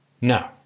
No